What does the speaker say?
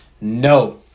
No